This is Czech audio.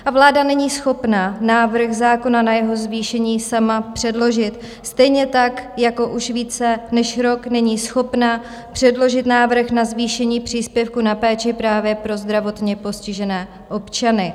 A vláda není schopna návrh zákona na jeho zvýšení sama předložit stejně tak, jako už více než rok není schopna předložit návrh na zvýšení příspěvku na péči právě pro zdravotně postižené občany.